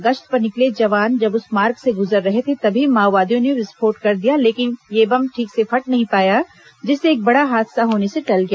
गश्त पर निकले जवान जब उस मार्ग से गुजर रहे थे तभी माओवादियों ने विस्फोट कर दिया लेकिन यह बम ठीक से फट नहीं पाया जिससे एक बड़ा हादसा होने से टल गया